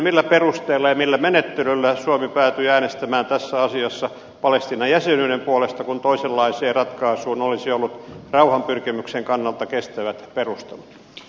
millä perusteella ja millä menettelyllä suomi päätyi äänestämään tässä asiassa palestiinan jäsenyyden puolesta kun toisenlaiseen ratkaisuun olisi ollut rauhanpyrkimyksen kannalta kestävät perustelut